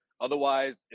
otherwise